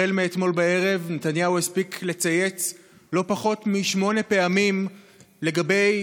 מאתמול בערב נתניהו הספיק לצייץ לא פחות משמונה פעמים לגבי